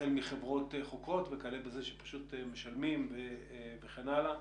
החל מחברות חוקרות וכלה בזה שפשוט משלמים וכן הלאה.